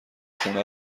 خونه